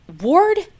Ward